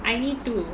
I need to